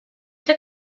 took